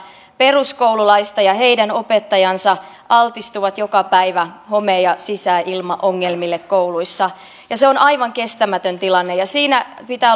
peruskoululaista ja heidän opettajaansa altistuvat joka päivä home ja sisäilmaongelmille kouluissa se on aivan kestämätön tilanne ja siinä pitää